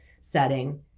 setting